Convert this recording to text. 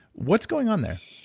what's going on there?